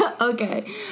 Okay